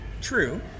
True